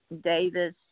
Davis